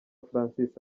francis